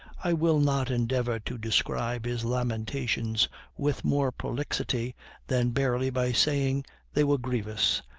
i will not endeavor to describe his lamentations with more prolixity than barely by saying they were grievous,